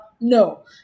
no